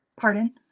Pardon